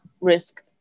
risk